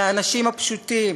של האנשים הפשוטים,